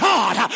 God